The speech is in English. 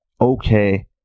okay